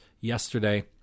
yesterday